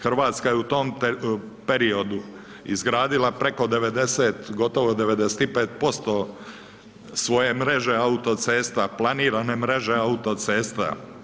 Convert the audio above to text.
Hrvatska je u tom periodu izgradila preko 90, gotovo 95% svoje mreže autocesta, planirane mreže autocesta.